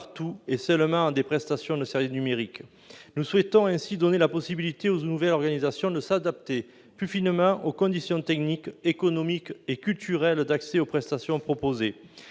partout et seulement à des prestations de services numériques. Nous souhaitons ainsi donner la possibilité aux nouvelles organisations de s'adapter plus finement aux conditions techniques, économiques et culturelles d'accès aux prestations proposées.